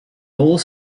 whole